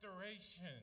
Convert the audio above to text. restoration